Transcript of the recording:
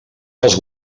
dels